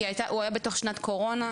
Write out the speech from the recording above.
כי הוא היה בתוך שנת קורונה,